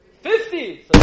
Fifty